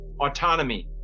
autonomy